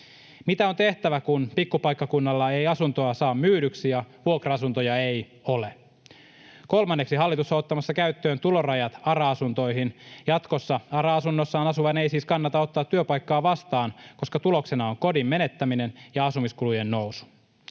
Mitä on tehtävä, kun pikkupaikkakunnalla ei asuntoa saa myydyksi ja vuokra-asuntoja ei ole? Kolmanneksi hallitus on ottamassa käyttöön tulorajat ARA-asuntoihin. Jatkossa ARA-asunnossaan asuvan ei siis kannata ottaa työpaikkaa vastaan, koska tuloksena on kodin menettäminen ja asumiskulujen nousu.